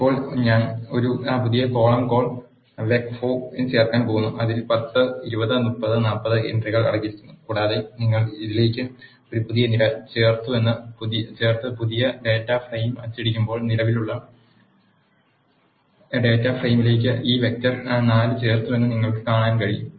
ഇപ്പോൾ ഞാൻ ഒരു പുതിയ കോളം കോൾ vec4 ചേർക്കാൻ പോകുന്നു അതിൽ 10 20 30 40 എൻ ട്രികൾ അടങ്ങിയിരിക്കുന്നു കൂടാതെ നിങ്ങൾ ഇതിലേക്ക് ഒരു പുതിയ നിര ചേർത്ത് പുതിയ ഡാറ്റ ഫ്രെയിം അച്ചടിക്കുമ്പോൾ നിലവിലുള്ള ഡാറ്റാ ഫ്രെയിമിലേക്ക് ഈ വെക് 4 ചേർത്തുവെന്ന് നിങ്ങൾക്ക് കാണാൻ കഴിയും